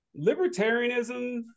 libertarianism